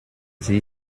sie